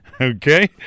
Okay